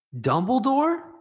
Dumbledore